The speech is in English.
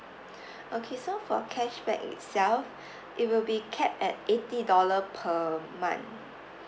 okay so for cashback itself it will be capped at eighty dollar per month